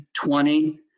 20